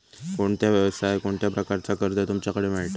कोणत्या यवसाय कोणत्या प्रकारचा कर्ज तुमच्याकडे मेलता?